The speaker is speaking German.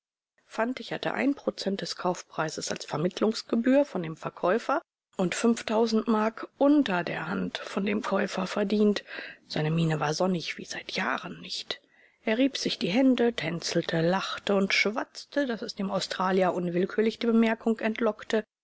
fantig hatte ein prozent des kaufpreises als vermittlungsgebühr von dem verkäufer und fünftausend mark unterderhand von dem käufer verdient seine miene war sonnig wie seit jahren nicht er rieb sich die hände tänzelte lachte und schwatzte daß es dem australier unwillkürlich die bemerkung entlockte